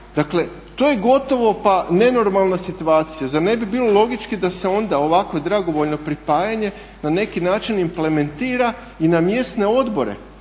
Dakle, to je gotovo pa nenormalna situacija. Zar ne bi bilo logički da se onda ovakvo dragovoljne pripajanje na neki način implementira i na mjesne odbore,